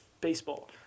baseball